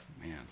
man